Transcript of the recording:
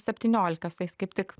septyniolika sueis kaip tik